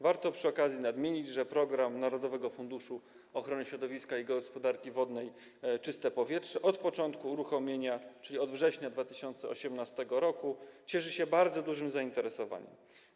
Warto przy okazji nadmienić, że program Narodowego Funduszu Ochrony Środowiska i Gospodarki Wodnej „Czyste powietrze” od początku uruchomienia, czyli od września 2018 r., cieszy się bardzo dużym zainteresowaniem.